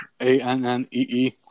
A-N-N-E-E